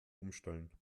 umstellen